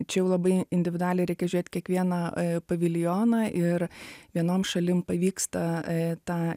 čia labai individualiai reikia žiūrėt kiekvieną paviljoną ir vienom šalim pavyksta tą